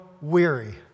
weary